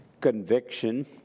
conviction